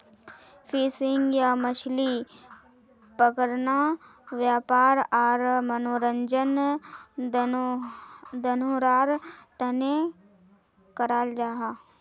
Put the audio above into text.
fishing या मछली पकड़ना वयापार आर मनोरंजन दनोहरार तने कराल जाहा